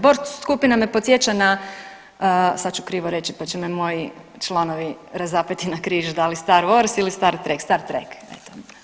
Borg skupina me podsjeća na sad ću krivo reći, pa će me moji članovi razapeti na križ da li Star wars ili Star Trek, Star Trek eto.